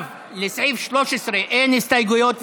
לסעיף 13 אין הסתייגויות.